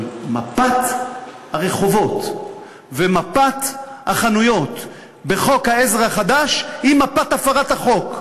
אבל מפת הרחובות ומפת החנויות בחוק העזר החדש היא מפת הפרת החוק,